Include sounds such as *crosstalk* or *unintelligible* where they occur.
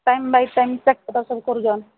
time by time check *unintelligible* ସବୁ କରୁଛନ୍